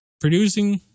producing